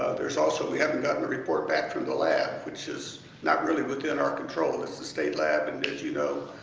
ah there's also we haven't gotten a report back from lab, which is not really within our control. it's a state lab and, as you know,